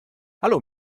hallo